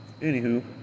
Anywho